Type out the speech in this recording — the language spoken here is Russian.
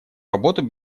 работу